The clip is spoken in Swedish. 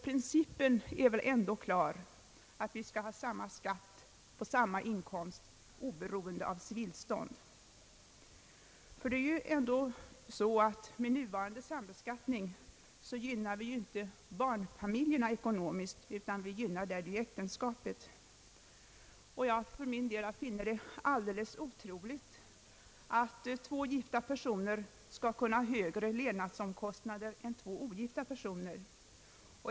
Principen är väl ändå klar, att vi skall ha samma skatt på samma inkomst oberoende av civilstånd. Med nuvarande sambeskattning gynnar vi inte barnfamiljerna ekonomiskt, utan vi gynnar äktenskapet. Jag för min del finner det alldeles otroligt, att två gifta personer skall kunna ha högre leynadsomkostnader än två ogifta personer.